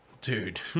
dude